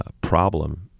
problem